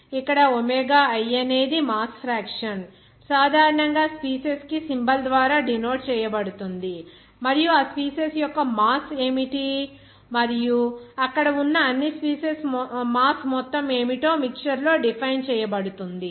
ఇక్కడ omega i అనేది mass fraction సాధారణంగా స్పీసీస్ కి సింబల్ ద్వారా డినోట్ చేయబడుతుంది మరియు ఆ స్పీసీస్ యొక్క మాస్ ఏమిటి మరియు అక్కడ ఉన్న అన్ని స్పీసీస్ మాస్ మొత్తం ఏమిటో మిక్చర్ లో డిఫైన్ చేయబడుతుంది